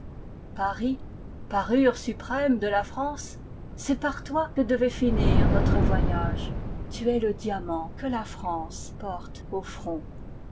paris parure suprême de la france c'est par toi que devait finir notre voyage tu es le diamant que la france porte au front